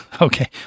Okay